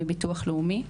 מביטוח לאומי,